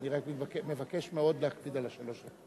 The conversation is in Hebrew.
אני רק מבקש מאוד להקפיד על שלוש הדקות.